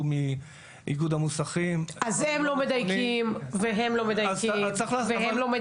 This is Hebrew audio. מאיגוד המוסכים --- אז הם לא מדייקים והם לא מדייקים,